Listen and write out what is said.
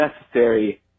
necessary